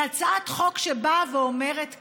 היא הצעת חוק שבאה ואומרת כך: